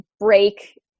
break